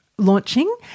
launching